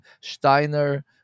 Steiner